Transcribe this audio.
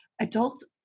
adults